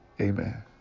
Amen